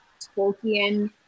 Tolkien